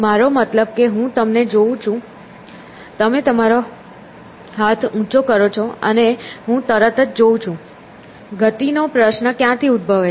મારો મતલબ કે હું તમને જોઉં છું તમે તમારો હાથ ઉંચો કરો છો અને હું તરત જ જોઉં છું ગતિ નો પ્રશ્ન ક્યાંથી ઉદ્ભભવે છે